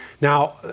Now